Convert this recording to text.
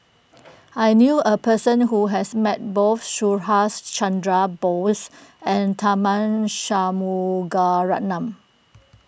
I knew a person who has met both Subhas Chandra Bose and Tharman Shanmugaratnam